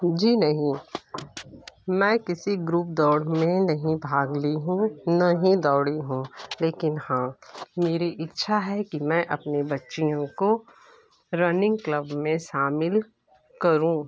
जी नहीं मैं किसी ग्रुप दौड़ में नहीं भाग ली हूँ नहीं ना ही दौड़ी हूँ लेकिन हाँ कि मेरी इच्छा है कि मैं अपने बच्चियों को रनिंग क्लब में शामिल करूँ